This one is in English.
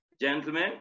Gentlemen